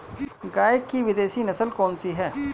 गाय की विदेशी नस्ल कौन सी है?